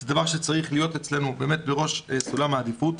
זה דבר שצריך להיות אצלנו בראש סולם העדיפויות.